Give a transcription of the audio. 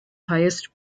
highest